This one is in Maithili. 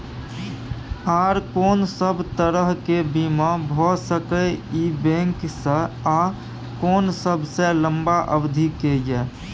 आर कोन सब तरह के बीमा भ सके इ बैंक स आ कोन सबसे लंबा अवधि के ये?